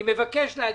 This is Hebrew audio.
אני מבקש לסכם.